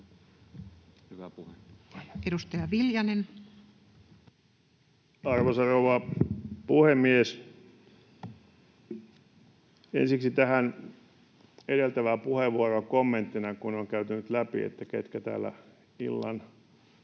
elvytyspaketti! Time: 19:25 Content: Arvoisa rouva puhemies! Ensiksi tähän edeltävään puheenvuoroon kommenttina, kun on käyty läpi, ketkä täällä illan